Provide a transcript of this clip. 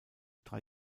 drei